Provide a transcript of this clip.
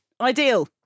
ideal